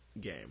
game